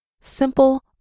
simple